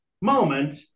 moment